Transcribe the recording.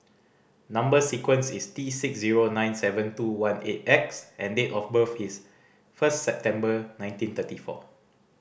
number sequence is T six zero nine seven two one eight X and date of birth is first September nineteen thirty four